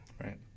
Right